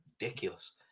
ridiculous